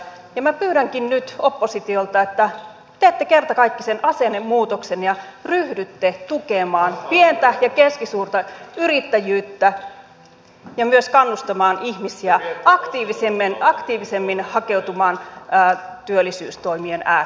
minä pyydänkin nyt oppositiolta että teette kertakaikkisen asennemuutoksen ja ryhdytte tukemaan pientä ja keskisuurta yrittäjyyttä ja myös kannustamaan ihmisiä aktiivisemmin hakeutumaan työllisyystoimien ääreen